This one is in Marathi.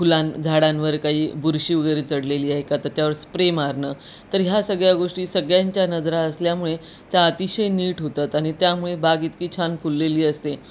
फुलां झाडांवर काही बुरशी वगैरे चढलेली आहे का तर त्यावर स्प्रे मारणं तर ह्या सगळ्या गोष्टी सगळ्यांच्या नजरा असल्यामुळे त्या अतिशय नीट होतात आणि त्यामुळे बाग इतकी छान फुललेली असते